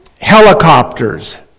helicopters